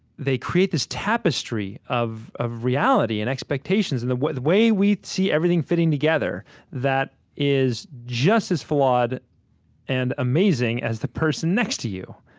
they create this tapestry of of reality and expectations and the way we see everything fitting together that is just as flawed and amazing as the person next to you.